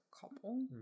couple